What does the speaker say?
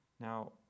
Now